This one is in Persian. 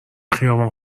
خیابان